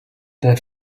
that